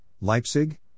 Leipzig